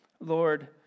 Lord